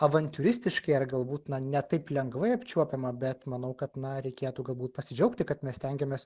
avantiūristiškai ar galbūt na ne taip lengvai apčiuopiama bet manau kad na reikėtų galbūt pasidžiaugti kad mes stengiamės